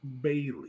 Bailey